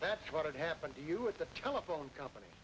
that's what happened to you at the telephone company